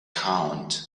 count